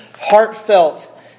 heartfelt